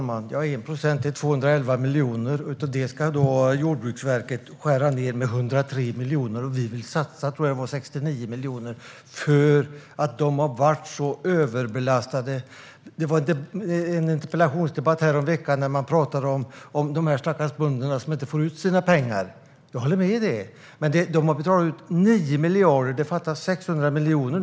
Herr talman! 1 procent är 211 miljoner, och Jordbruksverket ska skära ned med 103 miljoner. Vi vill satsa 69 miljoner för att Jordbruksverket har varit så överbelastat. I en interpellationsdebatt häromveckan talade man om de stackars bönderna som inte fått ut sina pengar. Jag håller med om det. Men Jordbruksverket har betalat ut 9 miljarder, och nu fattas det 600 miljoner.